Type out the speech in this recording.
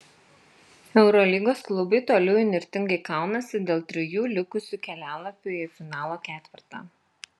eurolygos klubai toliau įnirtingai kaunasi dėl trijų likusių kelialapių į finalo ketvertą